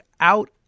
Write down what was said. out